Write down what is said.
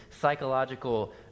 psychological